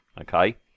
okay